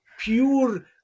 pure